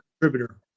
contributor